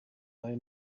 may